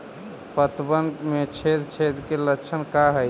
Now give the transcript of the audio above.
पतबन में छेद छेद के लक्षण का हइ?